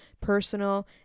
personal